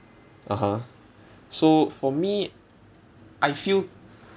(uh huh) so for me I feel